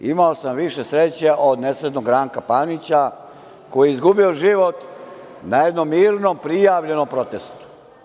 Imao sam više sreće od nesretnog Ranka Panića koji je izgubio život na jednom mirnom prijavljenom protestu.